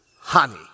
honey